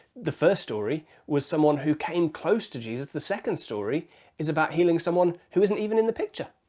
the first story was someone who came close to jesus, the second story is about healing someone who isn't even in the picture.